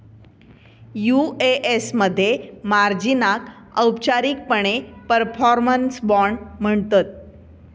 UAS मध्ये मार्जिनाक औपचारिकपणे परफॉर्मन्स बाँड म्हणतत